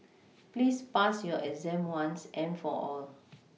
please pass your exam once and for all